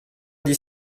dix